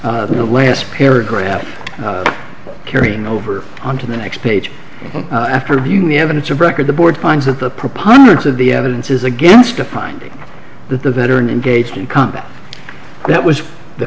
the last paragraph carrying over on to the next page after viewing the evidence of record the board finds that the preponderance of the evidence is against a finding that the veteran engaged in conduct that was the